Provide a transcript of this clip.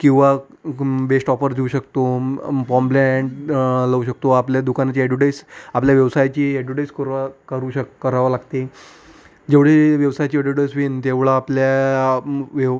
किंवा best offer देऊ शकतो बॉम्ब्लॅण लावू शकतो आपल्या दुकानाची अॅडोटाईज आपल्या व्यवसायाची अॅडोटाईज करुवा करू शक करावं लागते जेवढी व्यवसायाची अॅडोटाईज होईल तेवढं आपल्या व्यव